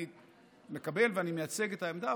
אני מקבל ואני מייצג את העמדה,